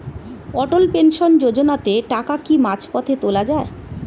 অটল pension যোজনাতে টাকা কি মাঝপথে তোলা যায়?